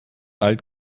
alt